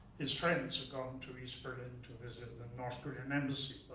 his friends had gone to east berlin to visit the north korean embassy,